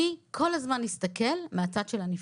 אני כל הזמן אסתכל מהצד של הנפגעים,